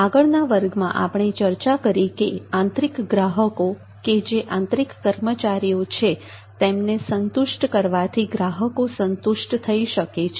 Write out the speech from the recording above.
આગળના વર્ગમાં આપણે ચર્ચા કરી કે આંતરિક ગ્રાહકો કે જે આંતરિક કર્મચારીઓ છે તેમને સંતુષ્ટ કરવાથી ગ્રાહકો સંતુષ્ટ થઈ શકે છે